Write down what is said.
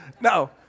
No